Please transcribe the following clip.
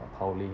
appalling